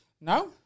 no